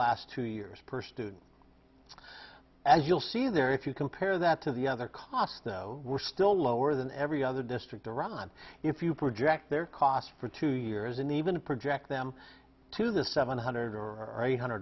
last two years per student as you'll see there if you compare that to the other cars were still lower than every other district around on if you project their cost for two years and even project them to the seven hundred or a hundred